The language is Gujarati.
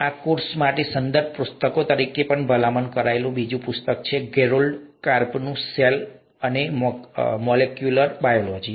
આ કોર્સ માટે સંદર્ભ પુસ્તક તરીકે પણ ભલામણ કરાયેલું બીજું પુસ્તક છે ગેરાલ્ડ કાર્પનું "સેલ અને મોલેક્યુલર બાયોલોજી"